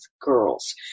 girls